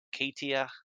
katia